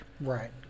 right